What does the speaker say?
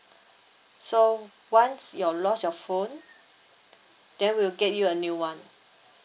so once your lost your phone then we'll get you a new one